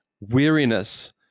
weariness